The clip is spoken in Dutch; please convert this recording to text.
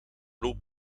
loopt